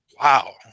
Wow